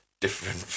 different